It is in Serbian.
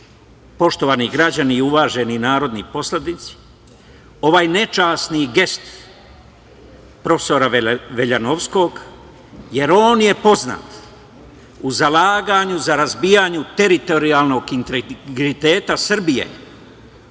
poštovani građani i uvaženi narodni poslanici, ovaj nečasni gest prof. Veljanovskog, jer on je poznat u zalaganju za razbijanje teritorijalnog integriteta Srbije